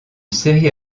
série